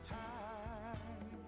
time